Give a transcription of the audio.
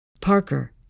Parker